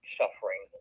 suffering